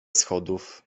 schodów